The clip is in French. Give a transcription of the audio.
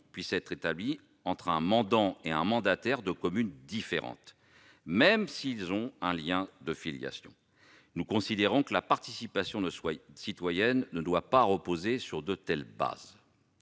puisse être établie entre un mandant et un mandataire résidant dans des communes différentes, même s'ils ont un lien de filiation. La participation citoyenne ne doit pas reposer sur de telles bases.